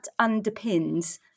underpins